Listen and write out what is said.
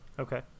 Okay